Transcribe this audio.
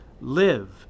Live